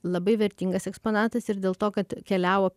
labai vertingas eksponatas ir dėl to kad keliavo